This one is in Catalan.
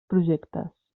projectes